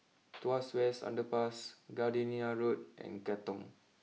Tuas West Underpass Gardenia Road and Katong